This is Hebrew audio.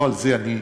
לא על זה אני מלין,